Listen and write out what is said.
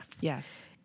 Yes